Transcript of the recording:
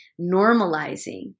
normalizing